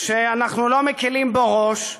שאנחנו לא מקילים בו ראש,